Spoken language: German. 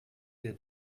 der